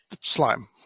Slime